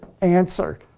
answer